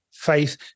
faith